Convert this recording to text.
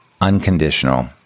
unconditional